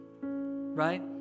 right